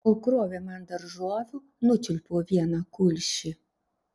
kol krovė man daržovių nučiulpiau vieną kulšį